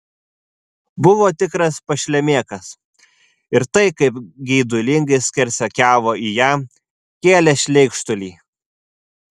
buvo tikras pašlemėkas ir tai kaip geidulingai skersakiavo į ją kėlė šleikštulį